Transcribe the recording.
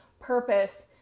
purpose